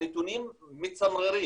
הנתונים מצמררים.